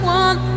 one